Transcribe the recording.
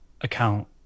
account